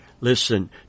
Listen